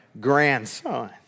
grandson